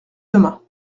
demain